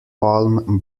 palm